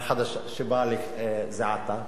שבאה זה עתה,